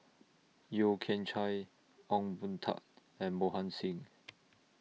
Yeo Kian Chye Ong Boon Tat and Mohan Singh